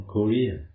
Korea